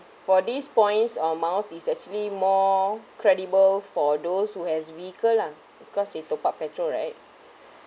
for these points or miles is actually more credible for those who has vehicle lah because they top up petrol right